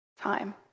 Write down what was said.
time